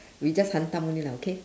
we just hantam only lah okay